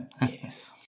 Yes